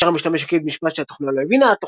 כאשר המשתמש הקליד משפט שהתוכנה לא הבינה,